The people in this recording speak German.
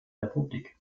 republik